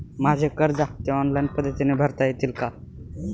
माझे कर्ज हफ्ते ऑनलाईन पद्धतीने भरता येतील का?